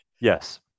Yes